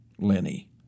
Lenny